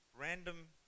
random